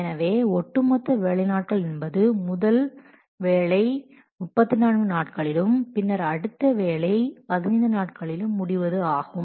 எனவே ஒட்டு மொத்த வேலை நாட்கள் என்பது முதல் வேலை 34 நாட்களிலும் பின்னர் அடுத்த வேலை 15 நாட்களிலும் முடிவதும் ஆகும்